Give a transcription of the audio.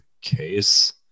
case